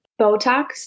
Botox